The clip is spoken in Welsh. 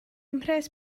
mhres